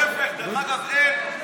גם הערבים מתפללים במסגד.